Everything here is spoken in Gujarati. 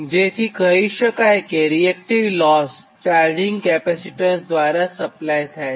જેથી કહી શકાય કે રીએક્ટીવ લોસ ચાર્જિંગ કેપેસિટન્સ દ્વારા સપ્લાય થાય છે